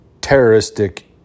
terroristic